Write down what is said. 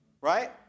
right